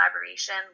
collaboration